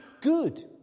good